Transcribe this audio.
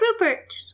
Rupert